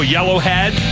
Yellowhead